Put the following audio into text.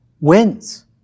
wins